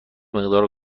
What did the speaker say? مقدار